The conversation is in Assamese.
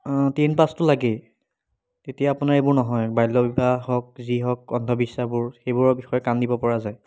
টেন পাছতো লাগেই তেতিয়া আপোনাৰ এইবোৰ নহয় বাল্য বিবাহ হওক যি হওক অন্ধ বিশ্বাসবোৰ সেইবোৰৰ বিষয়ে কাণ দিব পৰা যায়